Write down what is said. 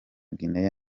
guinea